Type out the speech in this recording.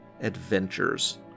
Adventures